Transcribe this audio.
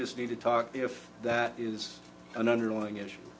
just need to talk if that is an underlying issue